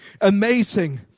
Amazing